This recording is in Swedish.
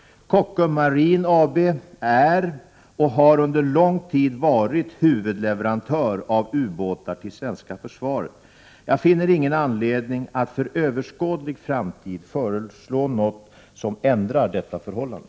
Kockums Marin AB är och har under lång tid varit huvudleverantör av ubåtar till svenska försvaret. Jag finner ingen anledning att för överskådlig framtid föreslå något som ändrar detta förhållande.